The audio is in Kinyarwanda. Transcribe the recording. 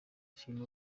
ashima